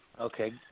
Okay